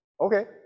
Okay